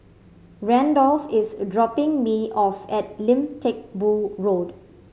Randolf is dropping me off at Lim Teck Boo Road